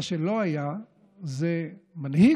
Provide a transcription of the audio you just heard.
מה שלא היה זה מנהיג